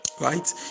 right